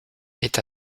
est